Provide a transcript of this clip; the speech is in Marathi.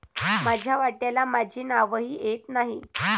माझ्या वाट्याला माझे नावही येत नाही